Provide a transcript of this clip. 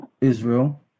Israel